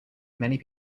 many